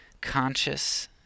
conscious